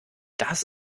das